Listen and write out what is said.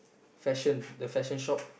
fashion the fashion shop